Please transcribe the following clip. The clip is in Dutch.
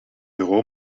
bureau